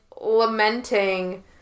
lamenting